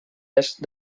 est